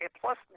plus